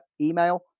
email